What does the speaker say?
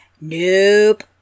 nope